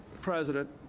president